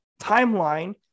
timeline